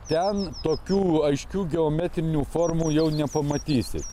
ten tokių aiškių geometrinių formų jau nepamatysit